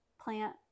plant